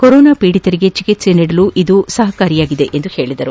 corona ಪೀಡಿತರಿಗೆ ಚಿಕಿತ್ಸೆ ನೀಡಲು ಸಹಕಾರಿಯಾಗಿದೆ ಎಂದು ಹೇಳಿದರು